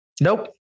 Nope